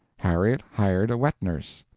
harriet hired a wet-nurse.